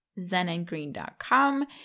zenandgreen.com